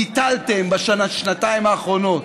ביטלתם בשנתיים האחרונות